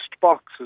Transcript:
boxes